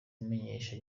abimenyesha